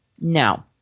no